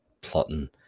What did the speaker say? plotting